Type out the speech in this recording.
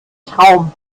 traum